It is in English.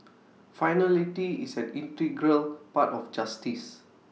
finality is an integral part of justice